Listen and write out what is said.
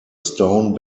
stone